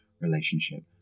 relationship